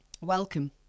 Welcome